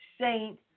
Saint